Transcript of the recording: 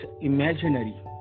imaginary